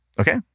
Okay